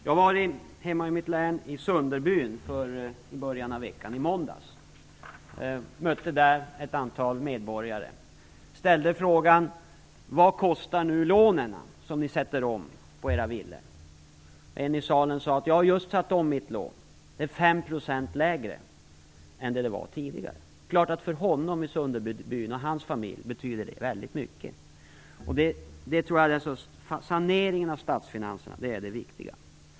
Jag var i måndags i Sunderbyn i mitt hemlän och mötte där ett antal medborgare. Jag ställde frågan: Vad kostar de lån som ni nu sätter om för era villor? En i salen svarade att han just hade satt om sitt lån till en ränta som var fem procent lägre än tidigare. Det är klart att för honom och hans familj i Sunderbyn betyder det väldigt mycket. Saneringen av statsfinanserna är det viktiga.